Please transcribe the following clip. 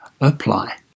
apply